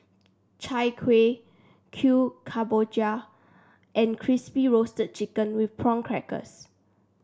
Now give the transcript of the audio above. Chai Kueh Kemboja and Crispy Roasted Chicken with Prawn Crackers